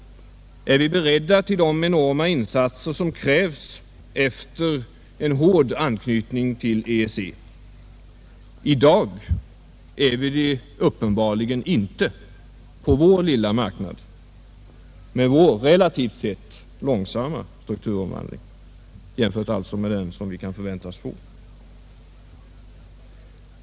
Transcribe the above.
Är vi beredda till de enorma insatser som krävs efter en hård anknytning till EEC? I dag är vi det uppenbarligen inte på vår lilla marknad med vår relativt sett långsamma strukturomvandling. Den är långsam jämfört med den som vi kan förväntas få vid en hård anknytning till EEC.